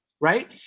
right